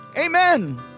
Amen